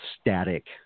static